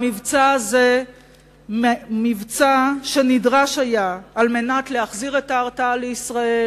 המבצע הזה היה מבצע שנדרש כדי להחזיר את ההרתעה לישראל.